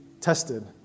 tested